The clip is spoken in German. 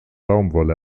baumwolle